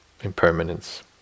impermanence